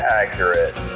accurate